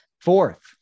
fourth